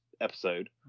episode